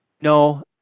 No